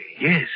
Yes